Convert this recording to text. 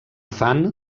fan